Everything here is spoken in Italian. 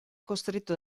costretto